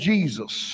Jesus